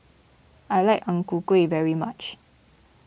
I like Ang Ku Kueh very much